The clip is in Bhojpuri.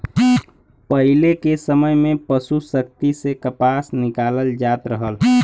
पहिले के समय में पसु शक्ति से कपास निकालल जात रहल